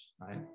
right